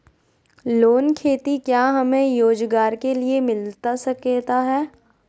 Loan खेती क्या हमें रोजगार के लिए मिलता सकता है?